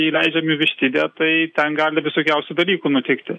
įleidžiam vištidę tai ten gali visokiausių dalykų nutikti